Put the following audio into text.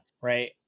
right